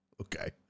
Okay